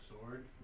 sword